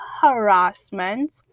harassment